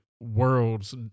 worlds